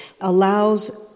allows